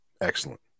Excellent